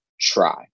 try